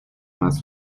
más